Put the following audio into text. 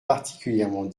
particulièrement